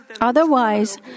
Otherwise